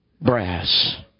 Brass